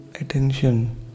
attention